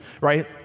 right